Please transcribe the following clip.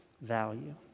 value